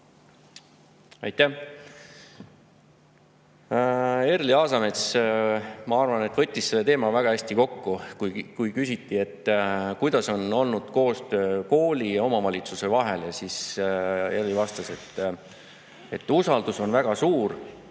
Aitäh! Erli Aasamets, ma arvan, võttis selle teema väga hästi kokku, kui küsiti, milline on olnud koostöö kooli ja omavalitsuse vahel. Erli vastas, et usaldus on väga suur: